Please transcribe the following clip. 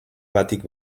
batik